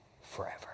forever